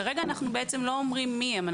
כרגע אנו לא אומרים מיהם.